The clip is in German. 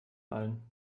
allen